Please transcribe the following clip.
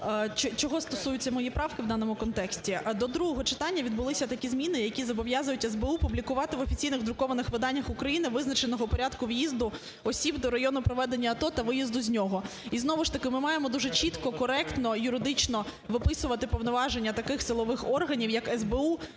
чого стосуються мої правки в даному контексті? До другого читання відбулися такі зміни, які зобов'язують СБУ публікувати в офіційних друкованих виданнях України визначеного порядку в'їзду осіб до району проведення АТО та виїзду з нього. І знову ж таки ми маємо чітко, коректно, юридично виписувати повноваження таких силових органів, як СБУ,